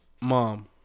Mom